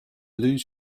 lose